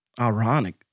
ironic